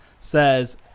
says